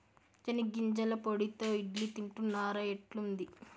చెనిగ్గింజల పొడితో ఇడ్లీ తింటున్నారా, ఎట్లుంది